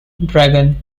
dragon